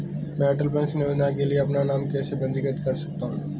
मैं अटल पेंशन योजना के लिए अपना नाम कैसे पंजीकृत कर सकता हूं?